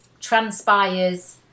transpires